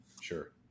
Sure